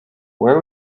where